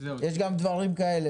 יש גם דברים כאלה.